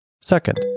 second